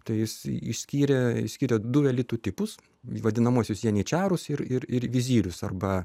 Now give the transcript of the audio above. tai jis išskyrė išskyrė du elitu tipus vadinamuosius jeničiarus ir ir ir vizyrius arba